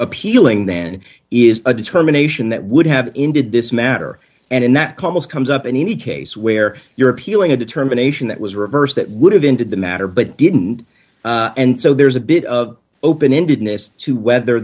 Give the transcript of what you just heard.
appealing then is a determination that would have ended this matter and in that cause comes up in any case where you're appealing a determination that was reversed that would have ended the matter but didn't and so there's a bit of open ended ness to whether